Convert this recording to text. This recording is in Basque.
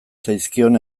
zaizkion